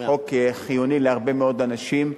חוק חיוני להרבה מאוד אנשים,